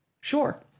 Sure